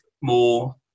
more